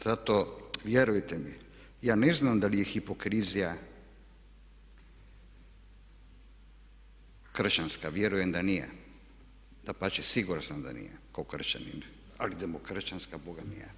Zato vjerujte mi ja ne znam da li je hipokrizija kršćanska, vjerujem da nije, dapače siguran sam da nije ko kršćanin, ali demokršćanska bogami je.